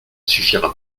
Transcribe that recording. suffira